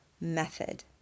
Method